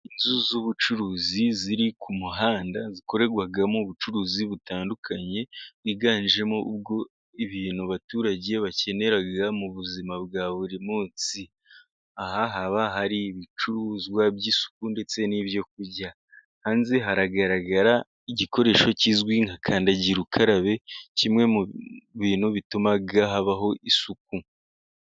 Inzu z'ubucuruzi ziri ku muhanda zikorerwamo ubucuruzi butandukanye, bwiganjemo ubwo ibintu abaturage bakenera mu buzima bwa buri munsi. Aha haba hari ibicuruzwa by'isuku, ndetse n'ibyo kurya. Hanze haragaragara igikoresho kizwi nka kandagirukarabe kimwe mu bintu bituma habaho isuku.